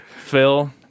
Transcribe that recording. Phil